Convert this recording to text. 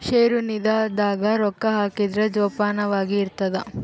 ಷೇರು ನಿಧಿ ದಾಗ ರೊಕ್ಕ ಹಾಕಿದ್ರ ಜೋಪಾನವಾಗಿ ಇರ್ತದ